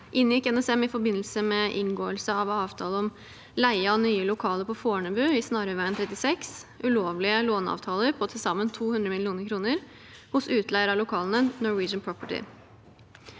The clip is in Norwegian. inngikk NSM i forbindelse med inngåelse av avtale om leie av nye lokaler på Fornebu i Snarøyveien 36 ulovlige låneavtaler på til sammen 200 mill. kr hos utleier av lokalene, Norwegian Property.